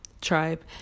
tribe